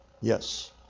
Yes